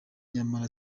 nyamara